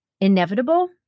inevitable